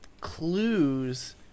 clues